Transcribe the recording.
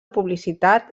publicitat